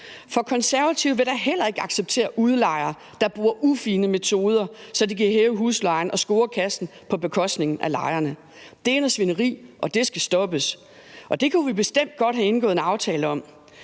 For Konservative vil da heller ikke acceptere udlejere, der bruger ufine metoder, så de kan hæve huslejen og score kassen på bekostning af lejerne. Det er noget svineri, og det skal stoppes. Og det kunne vi godt have indgået en aftale om